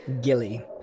Gilly